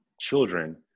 children